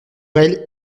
elle